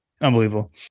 Unbelievable